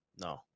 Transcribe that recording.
No